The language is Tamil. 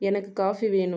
எனக்கு காஃபி வேணும்